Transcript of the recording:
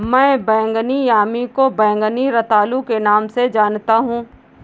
मैं बैंगनी यामी को बैंगनी रतालू के नाम से जानता हूं